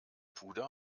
puder